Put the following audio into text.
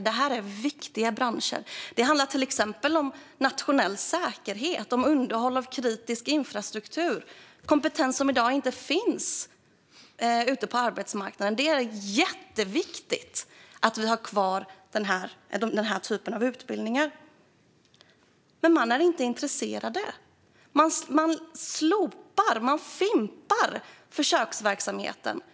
Detta är viktiga branscher; det handlar om till exempel nationell säkerhet och underhåll av kritisk infrastruktur - kompetens som i dag inte finns ute på arbetsmarknaden. Det är jätteviktigt att vi har kvar den typen av utbildningar. Men man är inte intresserad, utan man slopar - fimpar - försöksverksamheten.